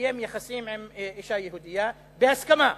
וקיים יחסים עם אשה יהודייה בהסכמה.